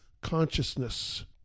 consciousness